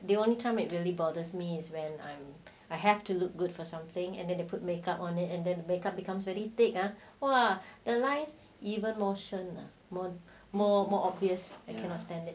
the only time it really bothers me is when I'm I have to look good for something and then they put make up on it and then make up becomes really take ah !wah! the lines even more 深啊 more more more obvious I cannot stand it